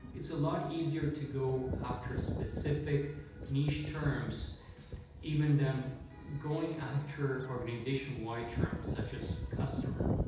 it's a lot easier to go after specific niche terms even than going after organization wide terms, such as customer.